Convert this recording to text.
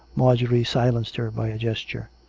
marjorie silenced her by a gesture.